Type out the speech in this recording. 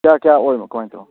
ꯀꯌꯥ ꯀꯌꯥ ꯑꯣꯏꯅꯣ ꯀꯃꯥꯏꯅ ꯇꯧꯕꯅꯣ